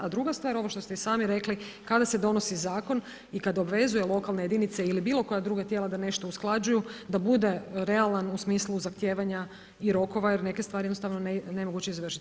A druga stvar, ovo što ste i sami rekli kada se donosi zakon i kad obvezuje lokalne jedinice ili bilo koja druga tijela da nešto usklađuju, da bude realan u smislu zahtijevanja i rokova, jer neke stvari jednostavno nemoguće izvršiti.